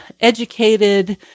educated